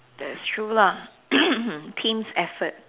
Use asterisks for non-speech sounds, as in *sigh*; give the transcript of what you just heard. that's true lah *coughs* team's effort